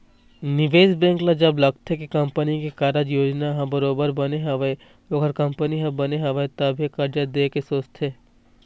निवेश बेंक ल जब लगथे के कंपनी के कारज योजना ह बरोबर बने हवय ओखर कंपनी ह बने हवय तभे करजा देय के सोचथे